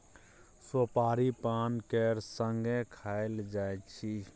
सोपारी पान केर संगे खाएल जाइ छै